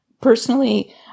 personally